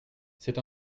c’est